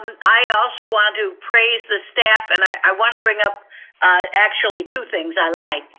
um i also want to praise the staff. and i want to bring up actually two things, i lied.